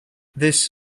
this